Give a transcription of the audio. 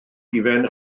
hufen